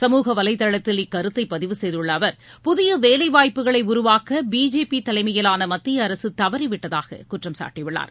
சமுக வலைதளத்தில் இக்கருத்தை பதிவு செய்துள்ள அவர் புதிய வேலைவாய்ப்புகளை உருவாக்க பிஜேபி தலைமையிலான மத்திய அரசு தவறிவிட்டதாக குற்றம் சாட்டியுள்ளார்